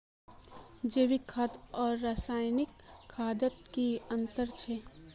जैविक खाद आर रासायनिक खादोत की अंतर छे?